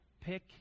Pick